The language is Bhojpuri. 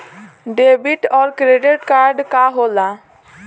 डेबिट और क्रेडिट कार्ड का होला?